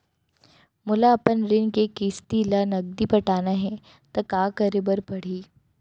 मोला अपन ऋण के किसती ला नगदी पटाना हे ता का करे पड़ही?